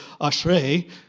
ashrei